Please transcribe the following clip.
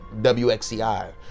WXCI